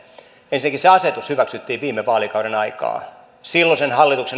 ensinnäkin se asetus hyväksyttiin viime vaalikauden aikaan silloisen hallituksen